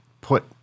put